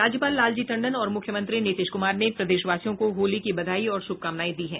राज्यपाल लालजी टंडन और मुख्यमंत्री नीतीश कुमार ने प्रदेशवासियों को होली की बधाई और शुभकामनाएं दी है